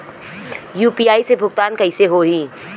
UPI से भुगतान कइसे होहीं?